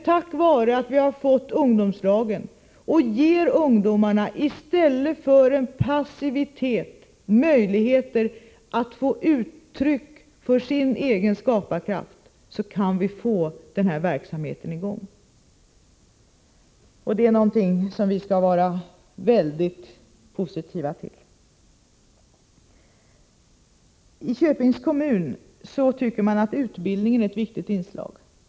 Tack vare att vi har fått ungdomslagen och gett ungdomarna i stället för en passivitet möjligheter att få uttryck för sin skaparkraft kan vi få den här verksamheten i gång. Det är någonting som vi skall vara mycket positiva till. I Köpings kommun tycker man att utbildningen är ett viktigt inslag.